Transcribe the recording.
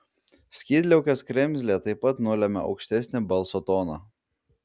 skydliaukės kremzlė taip pat nulemia aukštesnį balso toną